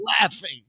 laughing